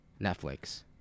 Netflix